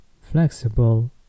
flexible